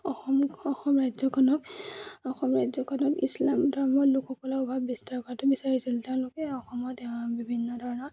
অসম অসম ৰাজ্যখনক অসম ৰাজ্যখনক ইছলাম ধৰ্মৰ লোকসকলৰ প্ৰভাৱ বিস্তাৰ কৰাটো বিচাৰিছিল তেওঁলোকে অসমত বিভিন্ন ধৰণৰ